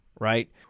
right